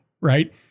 right